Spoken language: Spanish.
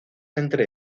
entre